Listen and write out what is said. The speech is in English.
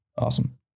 Awesome